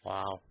Wow